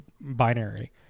binary